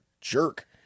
Jerk